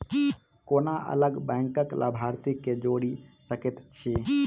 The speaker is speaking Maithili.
कोना अलग बैंकक लाभार्थी केँ जोड़ी सकैत छी?